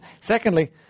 Secondly